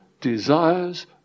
desires